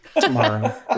tomorrow